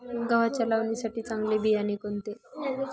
गव्हाच्या लावणीसाठी चांगले बियाणे कोणते?